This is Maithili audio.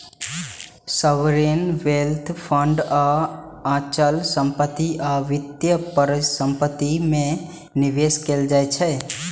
सॉवरेन वेल्थ फंड के अचल संपत्ति आ वित्तीय परिसंपत्ति मे निवेश कैल जाइ छै